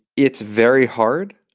it's very hard,